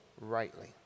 rightly